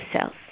cells